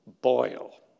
boil